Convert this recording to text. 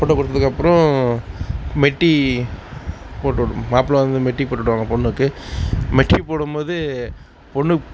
photo கொடுத்ததுக்கப்புறம் மெட்டி போட்டுவிடு மாப்பிள்ளை வந்து மெட்டி போட்டுவிடுவாங்க பெண்ணுக்கு மெட்டி போடும்போது பெண்ணு